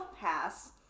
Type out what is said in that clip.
Pass